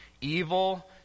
Evil